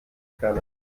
kerne